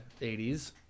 80s